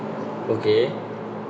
okay